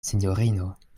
sinjorino